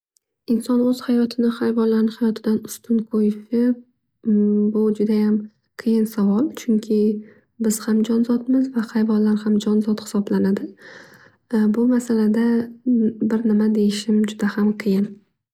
Inson o'z hayotini hayvonlarni hayotidan ustun qo'yishi umm bu judayam qiyin savol. Chunki biz ham jonzodmiz va hayvonlarham jonzod hisoblanadi. Bu masalada bir nima deyishim juda ham qiyin.